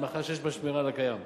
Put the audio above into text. מאחר שיש בה שמירה על הקיים.